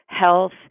health